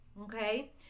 Okay